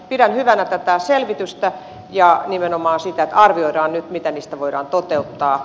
pidän hyvänä tätä selvitystä ja nimenomaan sitä että arvioidaan nyt mitä niistä voidaan toteuttaa